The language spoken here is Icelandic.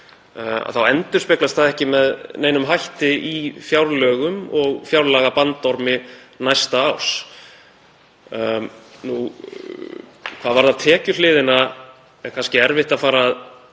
það endurspeglast ekki með neinum hætti í fjárlögum og fjárlagabandormi næsta árs. Hvað varðar tekjuhliðina er kannski erfitt að fara að